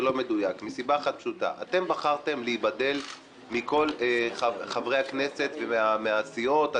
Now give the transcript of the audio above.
זה לא מדויק כי אתם בחרתם להיבדל מכל חברי הכנסת ומהסיעות.